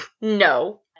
No